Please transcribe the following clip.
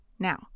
now